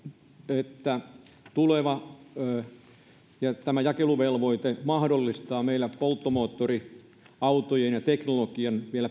että tämä tuleva jakeluvelvoite mahdollistaa meillä polttomoottoriautojen ja teknologian